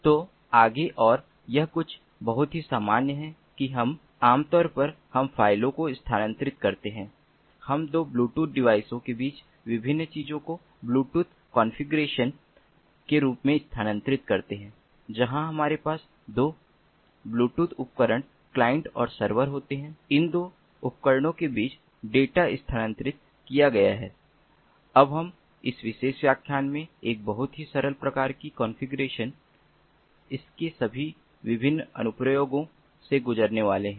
तो आगे और यह कुछ बहुत ही सामान्य है कि हम आम तौर पर हम फ़ाइलों को स्थानांतरित करते हैं हम 2 ब्लूटूथ डिवाइसों के बीच विभिन्न चीजों को ब्लूटूथ कॉन्फ़िगरेशन के रूप में स्थानांतरित करते हैं जहां हमारे पास 2 ब्लूटूथ उपकरण क्लाइंटऔर सर्वर होते हैं इन 2 उपकरणों के बीच डेटा स्थानांतरित किया गया है अब हम इस विशेष व्याख्यान में एक बहुत ही सरल प्रकार का कॉन्फ़िगरेशन इसके सभी विभिन्न अनुप्रयोगों से गुजरने वाले हैं